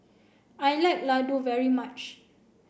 I like Ladoo very much